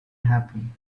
happen